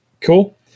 Cool